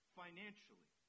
financially